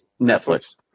Netflix